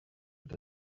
with